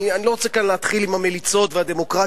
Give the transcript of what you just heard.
אני לא רוצה כאן להתחיל עם המליצות והדמוקרטיה